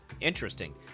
Interesting